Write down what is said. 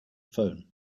phone